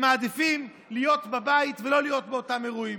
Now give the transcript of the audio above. הם מעדיפים להיות בבית ולא להיות באותם אירועים.